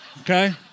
Okay